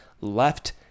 left